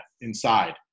inside